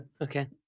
okay